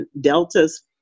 Delta's